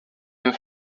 der